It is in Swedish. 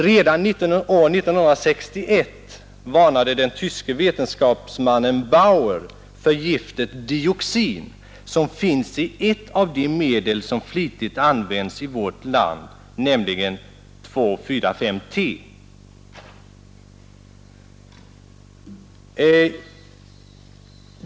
Redan år 1961 varnade den tyske vetenskapsmannen Bauer för giftet dioxin, som finns i ett av de medel som flitigt används i vårt land, nämligen 2,4,5-T.